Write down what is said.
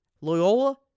Loyola